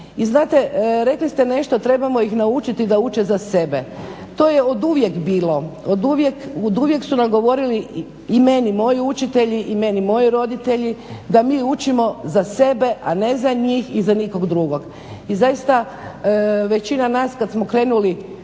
I znate, rekli ste nešto, trebamo ih naučiti da uče za sebe. To je oduvijek bilo, oduvijek su nam govorili, i meni moji učitelji i meni moji roditelji da mi učimo za sebe, a ne za njih i za nikog drugog. I zaista većina nas kad smo krenuli